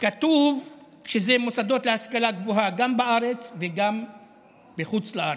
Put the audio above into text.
כתוב שזה מוסדות להשכלה גבוהה גם בארץ וגם בחוץ לארץ.